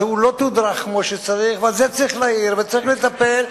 אז הוא לא תודרך כמו שצריך ועל זה צריך להעיר וצריך לטפל.